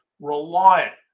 reliant